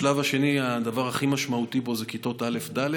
השלב השני, הדבר הכי משמעותי בו זה כיתות א' ד',